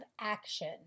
action